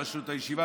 בראשות הישיבה,